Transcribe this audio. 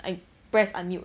I press unmute